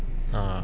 ah